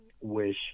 wish